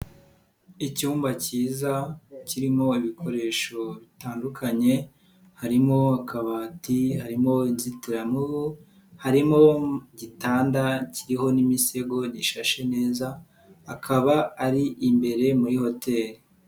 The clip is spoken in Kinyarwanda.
Icyumba kiza kirimo ibikoresho bitandukanye harimo akabati, harimo inzitiramubu, harimo igitanda kiriho n'imisego gishashe neza akaba ari imbere muri hoteli.